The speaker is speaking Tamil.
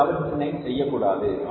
இந்த தவற்றினை செய்யக்கூடாது